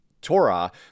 Torah